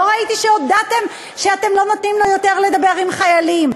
לא ראיתי שהודעתם שאתם לא נותנים לו יותר לדבר עם חיילים.